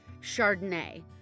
Chardonnay